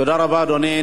תודה רבה, אדוני.